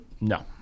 No